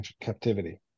captivity